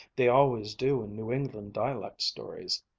they always do in new england dialect stories.